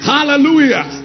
Hallelujah